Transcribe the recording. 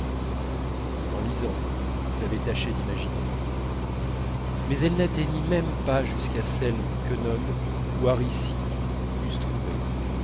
en lisant j'avais tâché d'imaginer mais elle n'atteignit même pas jusqu'à celles qu'œnone ou aricie eussent trouvées